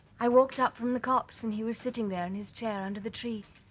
i walked up from the copse and he was sitting there in his chair under the tree.